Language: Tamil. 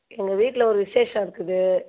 எங்கள் வீட்டில ஒரு விசேஷம் இருக்குது